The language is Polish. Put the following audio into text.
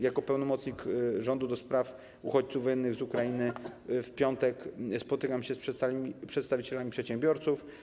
Jako pełnomocnik rządu ds. uchodźców wojennych z Ukrainy w piątek spotykam się z przedstawicielami przedsiębiorców.